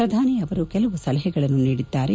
ಪ್ರಧಾನಿ ಅವರು ಕೆಲವು ಸಲಹೆಗಳನ್ನು ನೀಡಿದ್ದಾರೆ